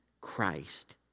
Christ